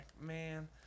man